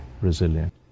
resilient